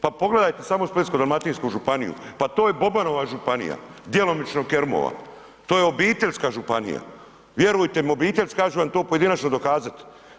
Pa pogledajte samo Splitsko-dalmatinsku županiju, pa to je Bobanova županija, djelomično Kerumova, to je obiteljska županija, vjerujte mi obiteljska ja ću vam to pojedinačno dokazati.